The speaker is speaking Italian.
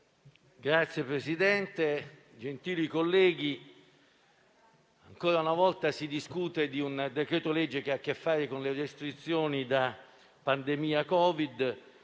Signor Presidente, gentili colleghi, ancora una volta si discute di un decreto-legge che a che fare con le restrizioni da pandemia Covid,